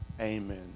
amen